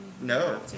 No